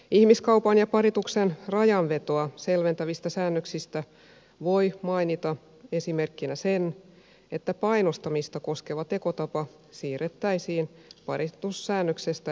ihmiskaupan ja parituksen rajanvetoa selventävistä säännöksistä voi mainita esimerkkinä sen että painostamista koskeva tekotapa siirrettäi siin paritussäännöksestä ihmiskauppasäännökseen